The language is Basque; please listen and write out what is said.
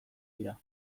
dira